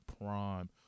Prime